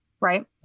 right